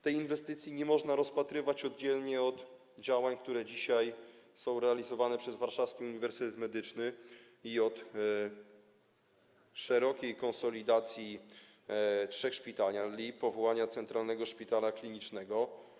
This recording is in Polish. Tej inwestycji nie można rozpatrywać w oddzieleniu od działań, które dzisiaj są realizowane przez Warszawski Uniwersytet Medyczny, i od szerokiej konsolidacji trzech szpitali, powołania centralnego szpitala klinicznego.